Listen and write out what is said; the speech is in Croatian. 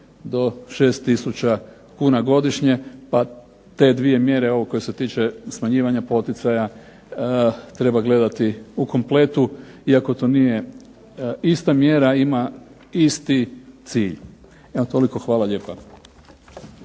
do 6 tisuća kuna godišnje, pa te dvije mjere koje se tiče smanjivanja poticaja treba gledati u kompletu, iako to nije ista mjera, ima isti cilj. Evo toliko. Hvala lijepa.